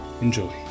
Enjoy